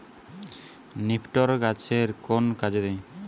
নিপটর গাছের কোন কাজে দেয়?